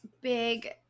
big